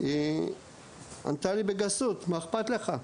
והיא ענתה לי בגסות: "מה אכפת לך?",